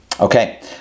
Okay